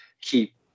keep